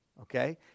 okay